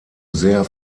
sehr